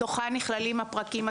בתוכה נכללים הפרקים הספציפיים.